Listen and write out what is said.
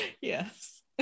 yes